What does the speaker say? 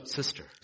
sister